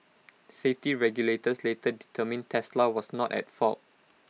safety regulators later determined Tesla was not at fault